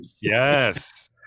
Yes